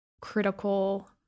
critical